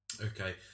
Okay